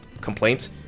complaints